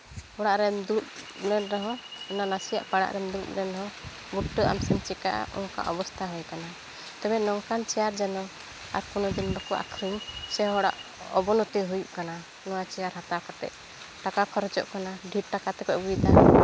ᱚᱲᱟᱜ ᱨᱮᱢ ᱫᱩᱲᱩᱵ ᱞᱮᱱ ᱨᱮᱦᱚᱸ ᱚᱱᱟ ᱱᱟᱥᱮᱭᱟᱜ ᱯᱟᱲᱟᱜ ᱨᱮᱢ ᱫᱩᱲᱩᱵ ᱞᱮᱱ ᱨᱮᱦᱚᱸ ᱩᱞᱴᱟᱹᱜ ᱟᱢ ᱥᱮ ᱪᱤᱠᱟᱜᱼᱟ ᱚᱱᱠᱟ ᱚᱵᱚᱥᱛᱷᱟ ᱦᱩᱭ ᱠᱟᱱᱟ ᱛᱚᱵᱮ ᱱᱚᱝᱠᱟᱱ ᱪᱮᱭᱟᱨ ᱡᱮᱱᱚ ᱟᱨ ᱠᱳᱱᱳ ᱫᱤᱱ ᱵᱟᱠᱚ ᱟᱹᱠᱷᱨᱤᱧ ᱥᱮ ᱦᱚᱲᱟᱜ ᱚᱵᱚᱱᱚᱛᱤ ᱦᱩᱭᱩᱜ ᱠᱟᱱᱟ ᱱᱚᱣᱟ ᱪᱮᱭᱟᱨ ᱦᱟᱛᱟᱣ ᱠᱟᱛᱮ ᱴᱟᱠᱟ ᱠᱷᱚᱨᱚᱪᱚᱜ ᱠᱟᱱᱟ ᱰᱷᱮᱨ ᱴᱟᱠᱟ ᱛᱮᱠᱩ ᱟᱹᱜᱩᱭᱮᱫᱟ